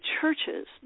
churches